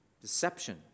Deception